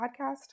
Podcast